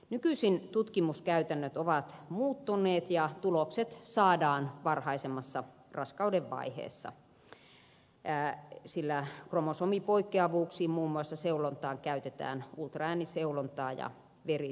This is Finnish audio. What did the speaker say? nykyisin tutkimuskäytännöt ovat muuttuneet ja tulokset saadaan varhaisemmassa raskauden vaiheessa sillä kromosomipoikkeavuuksiin muun muassa seulontaan käytetään ultraääniseulontaa ja veriseulontaa